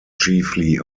chiefly